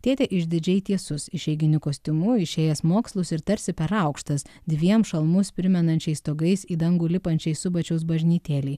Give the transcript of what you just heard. tėtė išdidžiai tiesus išeiginiu kostiumu išėjęs mokslus ir tarsi per aukštas dviem šalmus primenančiais stogais į dangų lipančiai subačiaus bažnytėlei